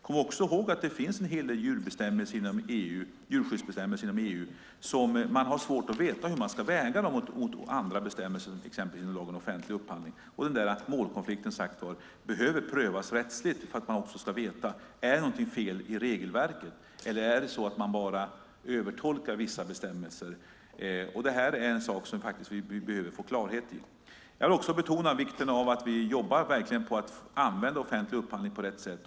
Kom också ihåg att det finns en hel del djurskyddsbestämmelser inom EU som man har svårt att veta hur man ska väga mot andra bestämmelser, till exempel inom lagen om offentlig upphandling. Den där målkonflikten behöver, som sagt, prövas rättsligt för att man ska veta om det är något fel i regelverket eller om man bara övertolkar vissa bestämmelser. Det är en sak som vi behöver få klarhet i. Jag vill också betona vikten av att vi verkligen jobbar på att använda offentlig upphandling på rätt sätt.